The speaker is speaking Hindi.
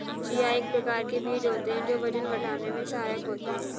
चिया एक प्रकार के बीज होते हैं जो वजन घटाने में सहायक होते हैं